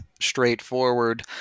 straightforward